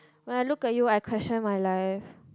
when I look at you I question my life